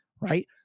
right